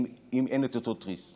אם אין את אותו תריס.